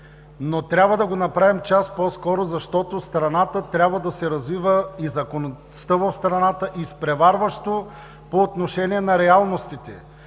но трябва да го направим час по-скоро, защото страната трябва да се развива и законността в страната изпреварващо по отношение на реалностите.